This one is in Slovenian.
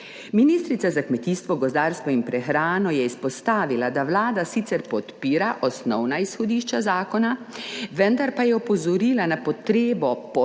Ministrica za kmetijstvo, gozdarstvo in prehrano je izpostavila, da Vlada sicer podpira osnovna izhodišča zakona, vendar pa je opozorila na potrebo po